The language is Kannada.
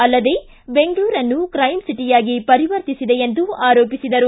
ಅಲ್ಲದೇ ಬೆಂಗಳೂರನ್ನು ತ್ರೈಂ ಸಿಟಿಯಾಗಿ ಪರಿವರ್ತಿಸಿದೆ ಎಂದು ಆರೋಪಿಸಿದರು